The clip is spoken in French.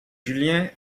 julien